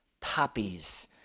poppies